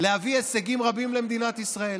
ולהביא הישגים רבים למדינת ישראל.